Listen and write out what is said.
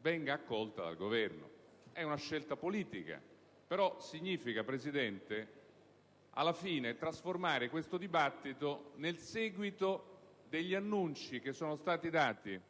venisse accolta dal Governo. È una scelta politica, però significa, Presidente, alla fine, trasformare questa discussione nel seguito degli annunci dati in campagna elettorale